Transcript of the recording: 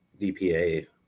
dpa